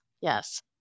Yes